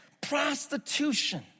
prostitution